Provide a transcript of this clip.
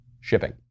shipping